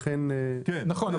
נכון,